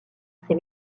ses